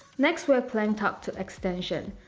next we have plank tuck to extension.